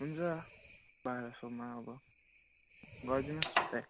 हुन्छ बाह्र सयमा अब गरिदिनुहोस् प्याक